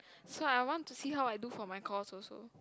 so I want to see how I do for my course also